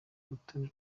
urutonde